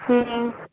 ம்